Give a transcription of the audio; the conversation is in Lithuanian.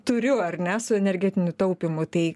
turiu ar ne su energetiniu taupymu tai